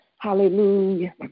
Hallelujah